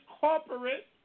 corporate